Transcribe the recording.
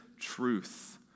truth